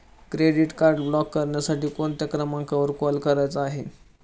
Credit card block करण्यासाठी कोणत्या क्रमांकावर कॉल करायचा आहे?